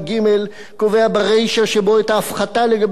קובע ברישא שבו את ההפחתה לגבי הסכום הנוסף,